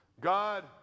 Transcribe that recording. God